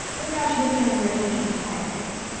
but now she has turned her attention to higher things.